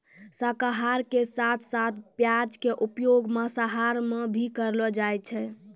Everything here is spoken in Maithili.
शाकाहार के साथं साथं प्याज के उपयोग मांसाहार मॅ भी करलो जाय छै